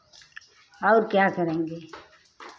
और क्या करेंगे